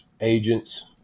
agents